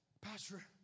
Pastor